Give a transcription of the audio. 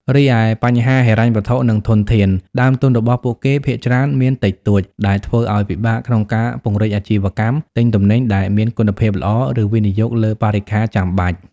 រីឯបញ្ហាហិរញ្ញវត្ថុ និងធនធាន ដើមទុនរបស់ពួកគេភាគច្រើនមានតិចតួច ដែលធ្វើឱ្យពិបាកក្នុងការពង្រីកអាជីវកម្ម ទិញទំនិញដែលមានគុណភាពល្អ ឬវិនិយោគលើបរិក្ខារចាំបាច់ ។